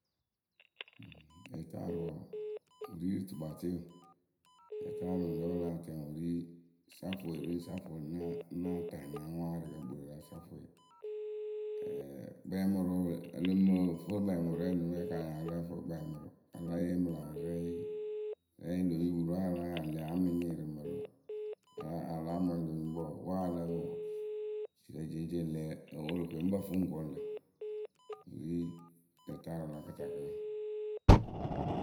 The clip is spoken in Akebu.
Lɛtaarɨwǝ wǝǝ wɨ ri rɨ tukpatɩwǝ lɛtaarɨwǝ mɨŋkǝ pɨ láa tɛŋ wǝ ri safwe ri safwe ŋ náa ŋ náa taanɨ aŋwa ǝrɨkǝ kpɨlo la safwe. kɛɛmʊrʊ ǝ lɨŋ mɨ fɨ kpɛɛmʊrʊwǝ rɛ mɨ ka nyɩ a ya lǝ́ǝ fɨ kpɛɛmʊrʊ a le yee mɨ lä wɛ rɛɛyɩ. Rɛ mɨ lö yupurǝ we a laa yaa ŋ le amɨ nyɩɩ rɨ mǝrǝ a- a láa mweŋ lö nyuŋkpǝ wǝ we a lǝǝ pɨ wǝ jirǝ jeŋceŋ le Worokoyǝ ŋ pǝ fɨ ŋ koonu lǝ̈ wɨ ri lɛtaarɨwǝ la kɨtakǝ.